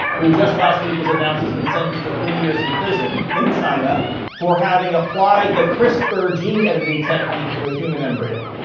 who just last week was announced has been sentenced to three years in prison in china for having applied the crispr gene editing technique to a human embryo.